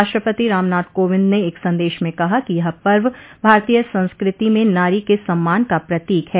राष्ट्रपति रामनाथ कोविंद ने एक संदेश में कहा कि यह पव भारतीय संस्कृति में नारी के सम्मान का प्रतीक है